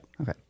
Okay